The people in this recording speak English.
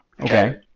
okay